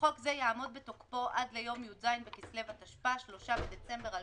"חוק זה יעמוד בתוקפו עד ליום י"ז בכסלו התשפ"א (3 בדצמבר 2020)."